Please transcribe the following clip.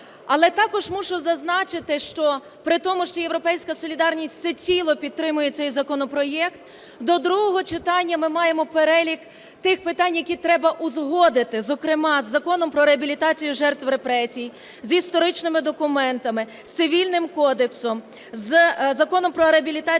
Але також мушу зазначити, що при тому, що "Європейська солідарність" всеціло підтримує цей законопроект до другого читання, ми маємо перелік тих питань, які треба узгодити зокрема з Законом про реабілітацію жертв репресій, з історичними документами, з Цивільним кодексом, з Законом про реабілітацію жертв репресій